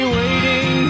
waiting